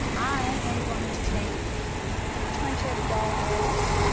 i am going to take twenty doll hairs